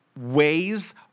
ways